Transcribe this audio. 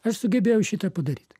aš sugebėjau šitą padaryt